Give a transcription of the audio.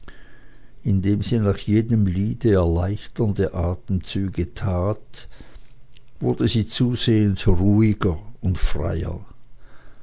indem sie nach jedem liede erleichternde atemzüge tat wurde sie zusehends ruhiger und freier